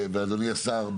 ואדוני השר,